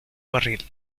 barril